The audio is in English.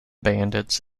bandits